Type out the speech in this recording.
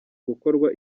gukorwa